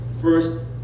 first